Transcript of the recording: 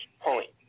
point